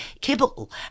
kibble